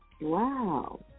Wow